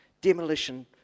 demolition